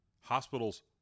Hospitals